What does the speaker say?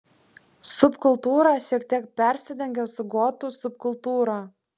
subkultūra šiek tiek persidengia su gotų subkultūra